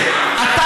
נגדיות?